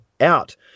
out